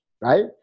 right